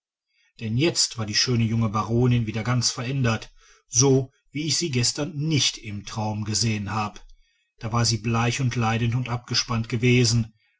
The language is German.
denn jetzt war die schöne junge baronin wieder ganz verändert so wie ich sie gestern nicht im traum gesehen hab da war sie bleich und leidend und abgespannt gewesen